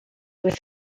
with